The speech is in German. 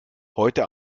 heute